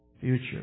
future